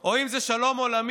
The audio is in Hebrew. או אם זה שלום עולמי,